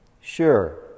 Sure